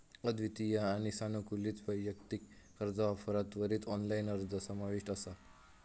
अद्वितीय आणि सानुकूलित वैयक्तिक कर्जा ऑफरात त्वरित ऑनलाइन अर्ज समाविष्ट असा